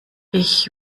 ich